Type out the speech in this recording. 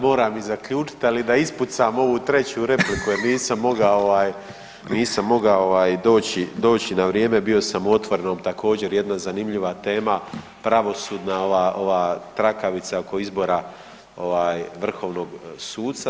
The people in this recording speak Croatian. Moram i zaključiti, ali da ispucam ovu treću repliku jer nisam mogao doći na vrijeme, bio sam u Otvorenom, također jedna zanimljiva tema, pravosudna ova trakavica oko izbora vrhovnog suca.